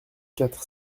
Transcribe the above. quatre